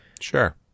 Sure